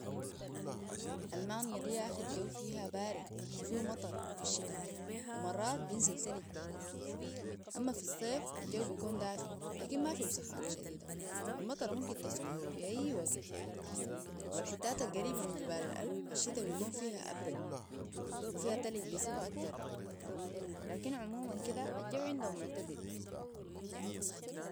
المانيا دي ياخي الجو فيها بارد وفيه مطر في الشتاء ومرات بنزل تلج اما في الصيف الجو بيكون دافي لكن ما فيه سخانة شديدة والمطرة ممكن تصب في اي وكت والحتات القريبة من جبار الالب الشتاء بيكون فيها ابرد وفيها تلج بصفة اكتر لكن عموما كدا الجو عندهم معتدل